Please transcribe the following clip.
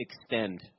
extend